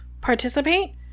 participate